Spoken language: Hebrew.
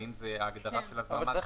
האם ההגדרה של הזרמת גז -- אבל צריך